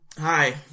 Hi